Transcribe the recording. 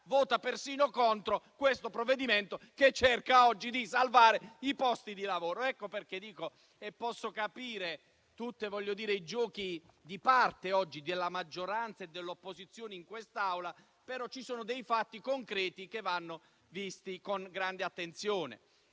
vota persino contro questo provvedimento, che cerca oggi di salvare i posti di lavoro. Ecco perché dico che posso capire tutti i giochi di parte della maggioranza e dell'opposizione in quest'Aula, però ci sono dei fatti concreti che vanno visti con grande attenzione.